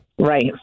Right